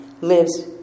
lives